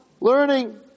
learning